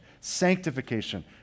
sanctification